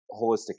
holistic